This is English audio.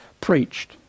preached